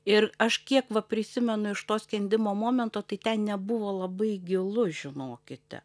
ir aš kiek va prisimenu iš to skendimo momento tai ten nebuvo labai gilu žinokite